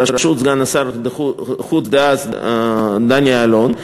בראשות סגן שר החוץ דאז דני אילון,